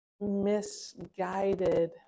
misguided